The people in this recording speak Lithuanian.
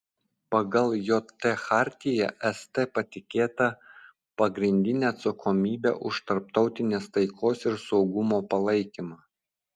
pagal jt chartiją st patikėta pagrindinė atsakomybė už tarptautinės taikos ir saugumo palaikymą